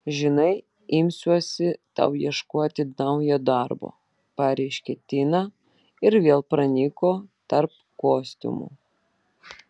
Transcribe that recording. žinai imsiuosi tau ieškoti naujo darbo pareiškė tina ir vėl pranyko tarp kostiumų